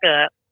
up